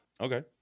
okay